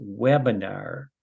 webinar